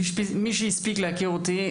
מי שהספיק להכיר אותי,